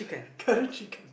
curry chicken